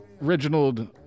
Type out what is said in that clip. Reginald